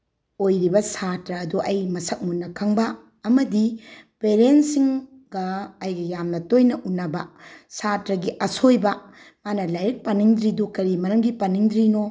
ꯑꯣꯏꯔꯤꯕ ꯁꯥꯇ꯭ꯔ ꯑꯗꯣ ꯑꯩ ꯃꯁꯛ ꯃꯨꯟꯅ ꯈꯪꯕ ꯑꯃꯗꯤ ꯄꯦꯔꯦꯟꯁꯁꯤꯡꯒ ꯑꯩꯒ ꯌꯥꯝꯅ ꯇꯣꯏꯅ ꯎꯅꯕ ꯁꯥꯇ꯭ꯔꯒꯤ ꯑꯁꯣꯏꯕ ꯃꯥꯅ ꯂꯥꯏꯔꯤꯛ ꯄꯥꯅꯤꯡꯗ꯭ꯔꯤꯗꯨ ꯀꯔꯤ ꯃꯔꯝꯒꯤ ꯄꯥꯅꯤꯡꯗ꯭ꯔꯤꯅꯣ